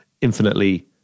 infinitely